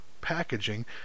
packaging